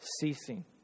ceasing